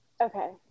Okay